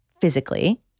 physically